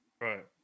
Right